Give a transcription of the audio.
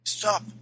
Stop